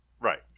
right